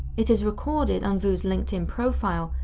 it is recorded on vu's linkedin profile,